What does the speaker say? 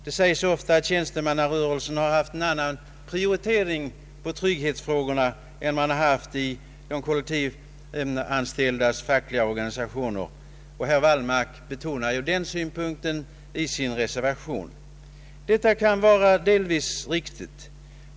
Det sägs ofta att tjänstemannarörelsen haft en annan prioritering av trygghetsfrågorna än de kollektivanställdas fackliga organisationer. Herr Wallmark har betonat den synpunkten i sin reservation. Detta kan delvis vara riktigt.